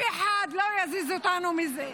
ואף אחד לא יזיז אותנו מזה.